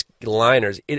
liners